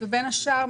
בין השאר,